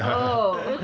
oh